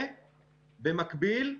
ובמקביל,